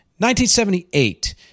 1978